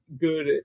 good